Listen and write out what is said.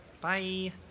Bye